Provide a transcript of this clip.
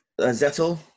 Zettel